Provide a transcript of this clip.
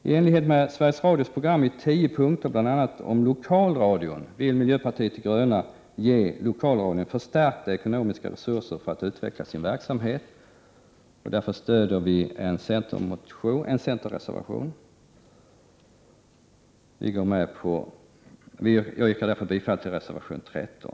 I enlighet med Sveriges Radios program i tio punkter, bl.a. om lokalradion, vill miljöpartiet de gröna ge lokalradion förstärkta ekonomiska resurser för utveckling av dess verksamhet. Därför stöder vi en centerreservation. Jag yrkar bifall till reservation 13.